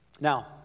Now